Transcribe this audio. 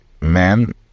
man